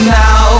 now